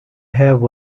have